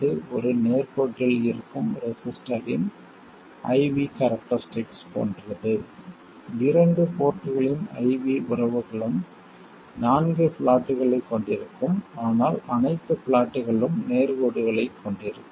இது ஒரு நேர்கோட்டில் இருக்கும் ரெஸிஸ்டரின் I V கேரக்டரிஸ்ட்டிக் போன்றது இரண்டு போர்ட்களின் I V உறவுகளும் நான்கு ப்ளாட்களைக் கொண்டிருக்கும் ஆனால் அனைத்து ப்ளாட்களும் நேர்கோடுகளைக் கொண்டிருக்கும்